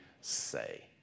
say